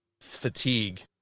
fatigue